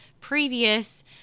previous